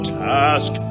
task